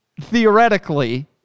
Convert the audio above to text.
theoretically